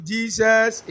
Jesus